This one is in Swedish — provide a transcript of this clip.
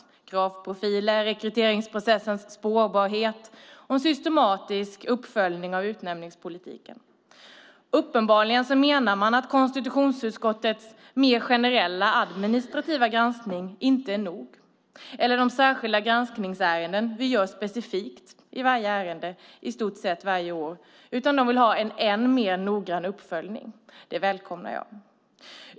Det handlar om kravprofiler, rekryteringsprocessens spårbarhet och en systematisk uppföljning av utnämningspolitiken. Uppenbarligen menar man att konstitutionsutskottets mer generella administrativa granskning eller de särskilda granskningar vi gör specifikt i varje ärende i stort sett varje år inte är nog, utan de vill ha en än mer noggrann uppföljning. Det välkomnar jag.